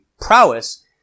prowess